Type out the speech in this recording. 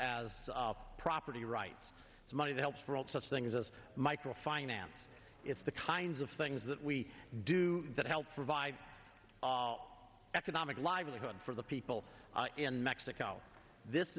as property rights it's money helps for all such things as micro finance it's the kinds of things that we do that help provide economic livelihood for the people in mexico this